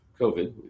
COVID